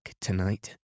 tonight